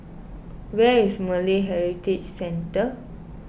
where is Malay Heritage Centre